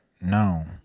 No